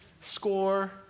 Score